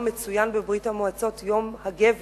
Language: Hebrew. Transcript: היום מצוין בברית-המועצות יום הגבר.